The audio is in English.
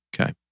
Okay